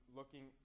looking